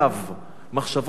מחשבות שווא בטיפול.